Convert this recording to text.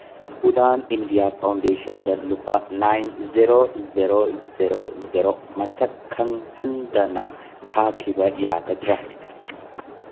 ꯎꯗꯥꯟ India ꯐꯥꯎꯟꯗꯦꯁꯟꯗ ꯂꯨꯄꯥ nine zero zero zero zero ꯃꯁꯛ ꯈꯪꯍꯟꯗꯅ ꯊꯥꯈꯤꯕ ꯌꯥꯒꯗ꯭ꯔꯥ